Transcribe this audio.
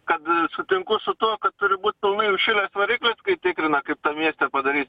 kad sutinku su tuo kad turi būt pilnai įšilęs variklis kaip tikrina kaip tam mieste padaryt